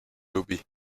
lobées